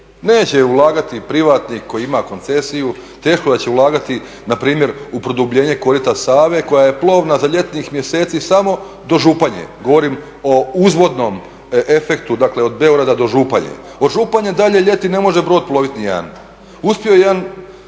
Neće ulagati privatnik koji ima koncesiju, teško da će ulagati npr. u produbljenje korita Save koja je plovna za ljetnih mjeseci samo do Županje. Govorim o uzvodnom efektu, dakle od Beograda do Županje. Od Županje dalje ljeti ne može brod plovit nijedan. Uspio je jedan